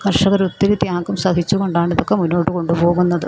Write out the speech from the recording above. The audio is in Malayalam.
കർഷകർ ഒത്തിരി ത്യാഗം സഹിച്ചുകൊണ്ടാണ് ഇതൊക്കെ മുന്നോട്ട് കൊണ്ടുപോകുന്നത്